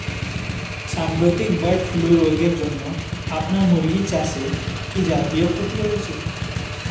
সাম্প্রতিক bird flu রোগের জন্য আপনার মুরগি চাষে কি জাতীয় ক্ষতি হয়েছে?